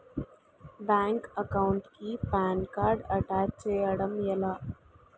Bank account కి PAN card attach చేయడం ఎలా?